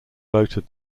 voted